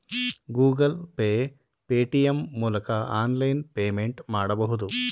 Google Pay, Paytm ಮೂಲಕ online payment ಮಾಡಬಹುದು